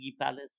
Palace